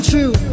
True